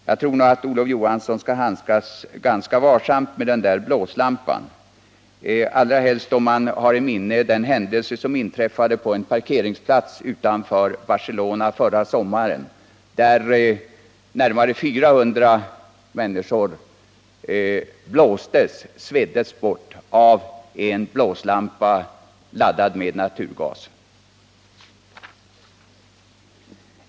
Jag tror att Olof Johansson skall handskas ganska varsamt med den blåslampan, allra helst om man har i minnet den händelse som förra sommaren inträffade på en parkeringsplats utanför Barcelona, där närmare 400 människor sveddes till döds av en blåslampa laddad med naturgas.